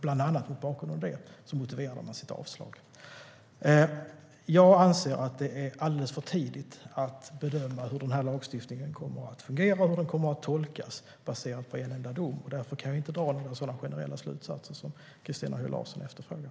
Bland annat mot bakgrund av det motiverade man sitt avslag. Jag anser att det är alldeles för tidigt att bedöma hur lagstiftningen kommer att fungera och hur den kommer att tolkas baserat på en enda dom. Därför kan jag inte dra några sådana generella slutsatser som Christina Höj Larsen efterfrågar.